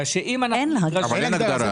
אין הגדרה, גפני.